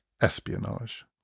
espionage